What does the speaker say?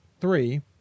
three